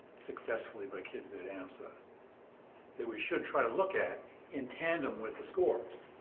successfully by kids in amsa that we should try to look at in tandem with the scores